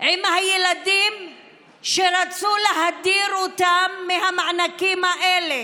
עם הילדים שרצו להדיר אותם מהמענקים האלה,